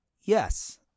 yes